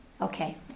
Okay